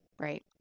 right